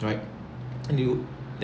right and do you ya